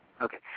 Okay